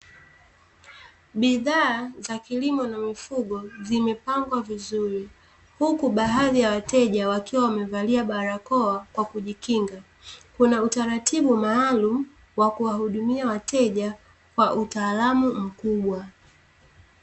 Bidhaa za kilimo na mifugo zimepangwa vizuri, huku baadhi ya wateja wakiwa wamevalia barakoa kwa kujikinga. Kuna utaratibu maalum wa kuwahudumia wateja kwa utalaamu mkubwa.